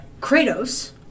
Kratos